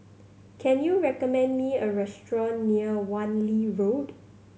can you recommend me a restaurant near Wan Lee Road